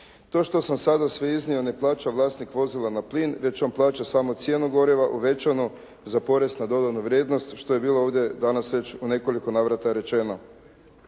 To što sam sada sve iznio ne plaća vlasnik vozila na plin već on plaća samo cijenu goriva uvećanu za porez na dodanu vrijednost što je bilo ovdje danas već u nekoliko navrata rečeno.